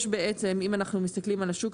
אם אנחנו מסתכלים על השוק,